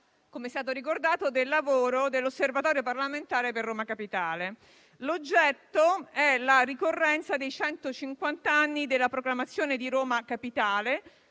come è stato ricordato, del lavoro dell'Osservatorio parlamentare per Roma. L'oggetto è la ricorrenza dei centocinquant'anni dalla proclamazione di Roma a capitale.